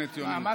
מה שהראו עכשיו.